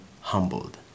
humbled